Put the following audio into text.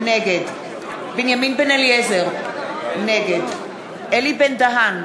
נגד בנימין בן-אליעזר, נגד אלי בן-דהן,